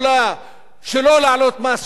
שלא להעלות מס חברות,